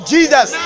Jesus